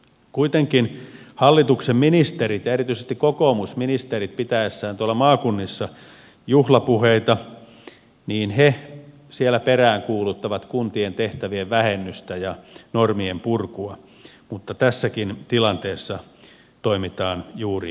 kuitenkin hallituksen ministerit ja erityisesti kokoomusministerit pitäessään tuolla maakunnissa juhlapuheita siellä peräänkuuluttavat kuntien tehtävien vähennystä ja normien purkua mutta tässäkin tilanteessa toimitaan juuri päinvastoin